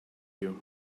you